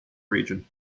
region